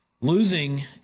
Losing